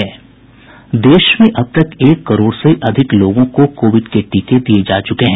देश में अब तक एक करोड़ से अधिक लोगों को कोविड के टीके दिये जा चुके हैं